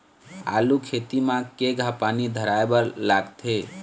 आलू खेती म केघा पानी धराए बर लागथे?